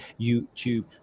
YouTube